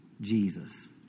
Jesus